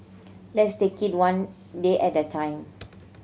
let's take it one day at the time